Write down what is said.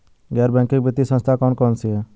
गैर बैंकिंग वित्तीय संस्था कौन कौन सी हैं?